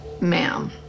Ma'am